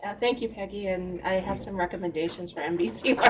ah thank you, peggy, and i have some recommendations for nbc